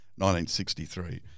1963